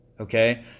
okay